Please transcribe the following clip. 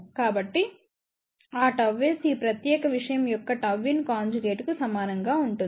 కాబట్టిఆ ΓS ఆ ప్రత్యేక విషయం యొక్క Γin కాంజుగేట్ కు సమానంగా ఉంటుంది